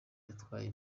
yatwaye